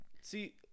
see